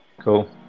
Cool